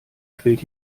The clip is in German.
quillt